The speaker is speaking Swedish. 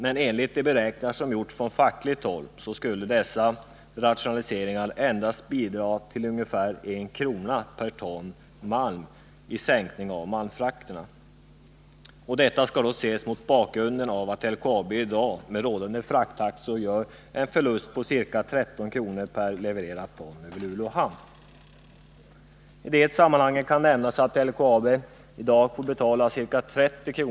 Men enligt de beräkningar som gjorts från fackligt håll skulle dessa rationaliseringar endast bidra till ungefär 1 kr. per ton malm i sänkning av malmfrakttaxorna. Detta skall ses mot bakgrunden av att LKAB i dag med rådande frakttaxor gör en förlust på ca 13 kr. per levererat ton över Luleå hamn. I det sammanhanget kan nämnas att LKAB i dag får betala ca 30 kr.